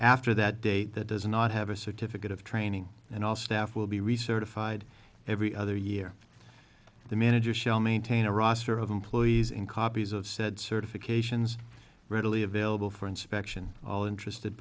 after that date that does not have a certificate of training and all staff will be recertified every other year the manager shall maintain a roster of employees in copies of said certifications readily available for inspection all interested